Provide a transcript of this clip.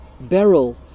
Beryl